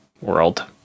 world